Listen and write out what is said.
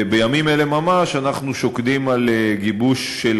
ובימים אלה ממש אנחנו שוקדים על גיבוש של